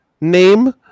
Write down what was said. name